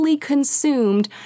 consumed